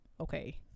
Okay